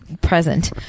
present